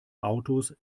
autos